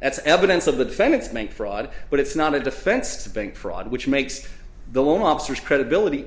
that's evidence of the defendants make fraud but it's not a defense to bank fraud which makes the loan officers credibility